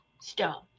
stone